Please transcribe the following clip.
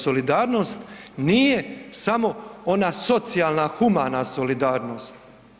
Solidarnost nije samo ona socijalna humana solidarnost.